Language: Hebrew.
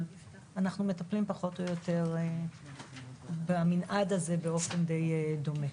אבל אנחנו מטפלים פחות או יותר במנעד הזה באופן די דומה.